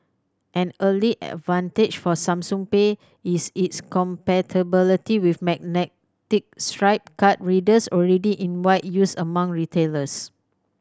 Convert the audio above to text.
an early advantage for Samsung Pay is its compatibility with magnetic stripe card readers already in wide use among retailers